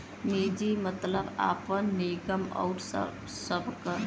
निजी मतलब आपन, निगम आउर सबकर